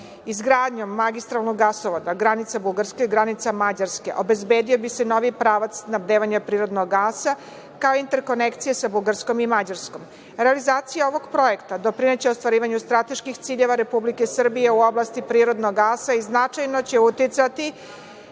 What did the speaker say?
Izgradnjom magistralnog gasovoda granica Bugarske i granica Mađarske obezbedio bi se novi pravac snabdevanja prirodnog gasa, kao i interkonekcija sa Bugarskom i Mađarskom. Realizacija ovog projekta doprineće ostvarivanju strateških ciljeva Republike Srbije u oblasti prirodnog gasa i značajno će uticati